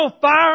fire